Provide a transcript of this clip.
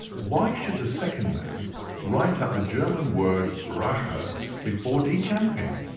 why should the second man write up the german word rache before decamping?